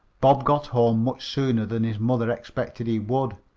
bob got home much sooner than his mother expected he would.